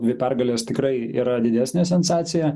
dvi pergalės tikrai yra didesnė sensacija